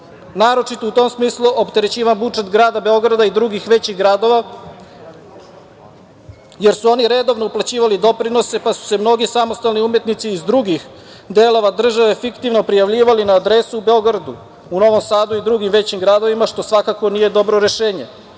Naročito u tom smislu opterećuje budžet grada Beograda i drugih većih gradova, jer su oni redovno uplaćivali doprinose, pa su se mnogi samostalni umetnici iz drugih delova države fiktivno prijavljivali na adresu u Beogradu, Novom Sadu i drugim većim gradovima, što svakako nije dobro rešenje.